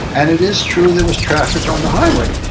and it is true there was traffic on the highway.